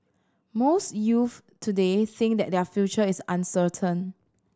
most youths today think that their future is uncertain